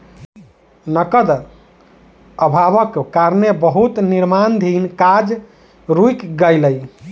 नकद अभावक कारणें बहुत निर्माणाधीन काज रुइक गेलै